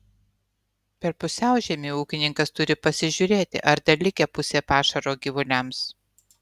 per pusiaužiemį ūkininkas turi pasižiūrėti ar dar likę pusė pašaro gyvuliams